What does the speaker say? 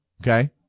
okay